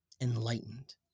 enlightened